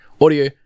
Audio